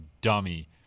dummy